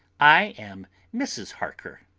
i am mrs. harker.